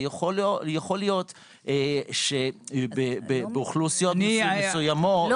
ויכול להיות שבאוכלוסיות מסוימות- -- לא